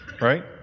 right